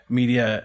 media